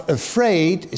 afraid